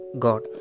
God